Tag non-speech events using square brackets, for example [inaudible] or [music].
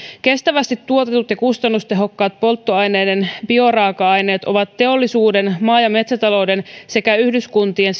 kestävästi tuotetut ja kustannustehokkaat polttoaineiden bioraaka aineet ovat teollisuuden maa ja metsätalouden sekä yhdyskuntien [unintelligible]